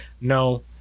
no